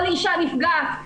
כל אישה נפגעת